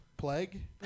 Plague